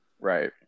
Right